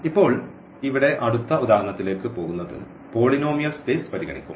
ഇപ്പോൾ ഇവിടെ അടുത്ത ഉദാഹരണത്തിലേക്ക് പോകുന്നത് പോളിനോമിയൽ സ്പേസ് പരിഗണിക്കും